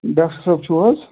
doctor صٲب چھِو حظ